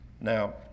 Now